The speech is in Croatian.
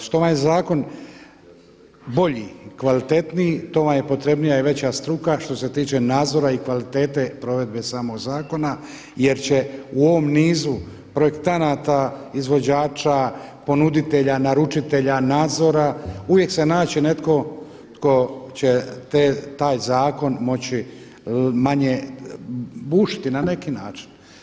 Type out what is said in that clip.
Što je ovaj zakon bolji i kvalitetniji to vam je potrebnija i veća struka što se tiče nadzora i kvalitete provedbe samog zakona jer će u ovom nizu projektanata, izvođača, ponuditelja, naručitelja, nadzora uvijek se naći netko tko će taj zakon moći manje bušiti na neki način.